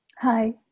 Hi